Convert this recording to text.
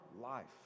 life